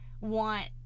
want